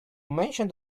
mentioned